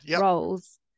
roles